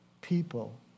people